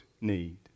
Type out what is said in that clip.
need